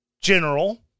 general